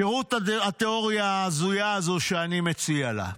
שדרוג התיאוריה ההזויה הזו, אני מציע לה.